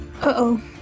Uh-oh